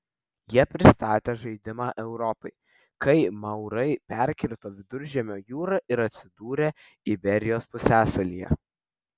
jie pristatė žaidimą europai kai maurai perkirto viduržemio jūrą ir atsidūrė iberijos pusiasalyje